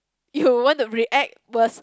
you want to react worse